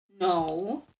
No